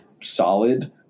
solid